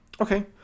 Okay